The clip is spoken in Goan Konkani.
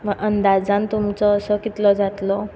ना अंदाजान तुमचो असो कितलो जातलो